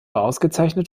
ausgezeichnet